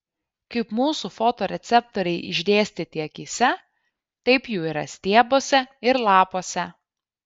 kaip mūsų fotoreceptoriai išdėstyti akyse taip jų yra stiebuose ir lapuose